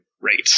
great